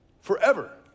forever